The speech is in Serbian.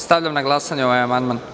Stavljam na glasanje ovaj amandman.